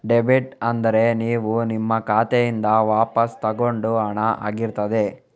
debit ಅಂದ್ರೆ ನೀವು ನಿಮ್ಮ ಖಾತೆಯಿಂದ ವಾಪಸ್ಸು ತಗೊಂಡ ಹಣ ಆಗಿರ್ತದೆ